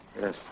Yes